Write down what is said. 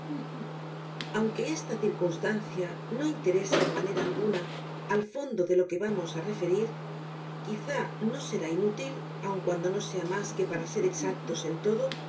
aunque esta circunstancia no interesa en manera alguna al fondo de lo que vamos á referir quizá no será inútil aun cuando no sea mas que para ser exactos en todo